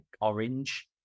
orange